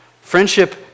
Friendship